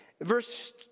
verse